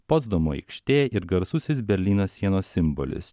potsdamo aikštė ir garsusis berlyno sienos simbolis